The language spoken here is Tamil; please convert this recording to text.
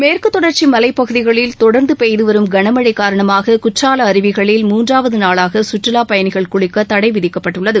மேற்கு தொடர்ச்சி மலைப் பகுதிகளில் தொடர்ந்து பெய்து வரும் கனமழை காரணமாக குற்றால அருவிகளில் மூன்றாவது நாளாக சுற்றுலாப் பயணிகள் குளிக்க தடை விதிக்கப்பட்டுள்ளது